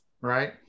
right